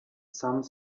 some